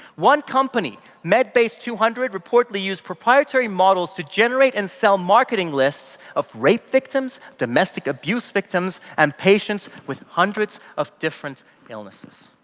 one company, medbase two hundred, reportedly used proprietary model to generate and sell marketing lists of rape victims, domestic abuse victims, and patients with hundreds of different illnesses.